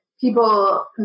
people